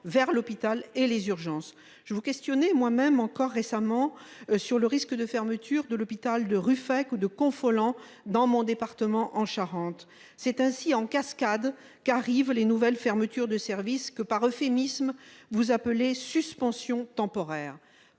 vers l'hôpital et les urgences je vous questionner moi même encore récemment sur le risque de fermeture de l'hôpital de Ruffec ou de Confolens. Dans mon département en Charente. C'est ainsi en cascade, qu'arrivent les nouvelles fermetures de services que par euphémisme. Vous appelez suspension temporaire